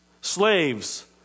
slaves